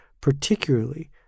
particularly